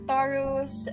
Taurus